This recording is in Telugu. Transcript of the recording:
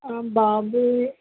బాబు